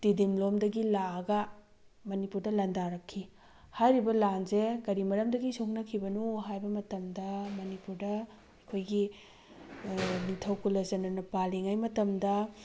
ꯇꯤꯗꯤꯝꯂꯣꯝꯗꯒꯤ ꯂꯥꯝꯑꯒ ꯃꯅꯤꯄꯨꯔꯗ ꯂꯥꯟꯗꯥꯔꯛꯈꯤ ꯍꯥꯏꯔꯤꯕ ꯂꯥꯟꯁꯦ ꯀꯔꯤ ꯃꯔꯝꯗꯒꯤ ꯁꯣꯛꯅꯈꯤꯕꯅꯣ ꯍꯥꯏꯕ ꯃꯇꯝꯗ ꯃꯅꯤꯄꯨꯔꯗ ꯑꯩꯈꯣꯏꯒꯤ ꯅꯤꯡꯊꯧ ꯀꯨꯂꯆꯗ꯭ꯔꯅ ꯄꯥꯜꯂꯤꯉꯩ ꯃꯇꯝꯗ